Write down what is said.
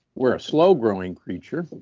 we're a slow growing creature,